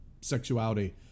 sexuality